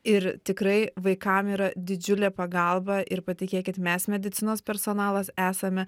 ir tikrai vaikam yra didžiulė pagalba ir patikėkit mes medicinos personalas esame